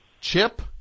Chip